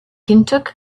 continue